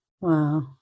Wow